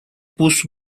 pus